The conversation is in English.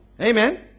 Amen